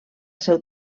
seu